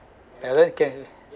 like that can